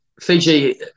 Fiji